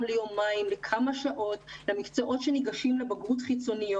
ליומיים לכמה שעות במקצועות שבהם ניגשים לבגרות חיצונית.